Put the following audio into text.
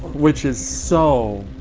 which is so